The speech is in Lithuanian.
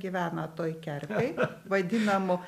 gyvena toj kerpėj vadinamų